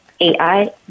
AI